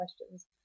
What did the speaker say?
questions